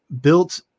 built